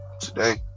today